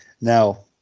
Now